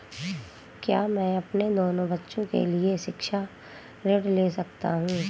क्या मैं अपने दोनों बच्चों के लिए शिक्षा ऋण ले सकता हूँ?